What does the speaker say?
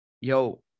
Yo